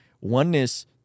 oneness